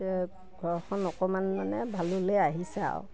ত ঘৰখন অকণমান মানে ভাললৈ আহিছে আৰু